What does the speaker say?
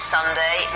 Sunday